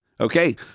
Okay